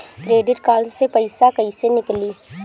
Credit card से पईसा केइसे निकली?